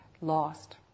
lost